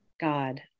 God